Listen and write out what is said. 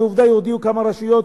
עובדה היא שהודיעו כמה רשויות,